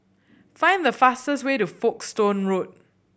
find the fastest way to Folkestone Road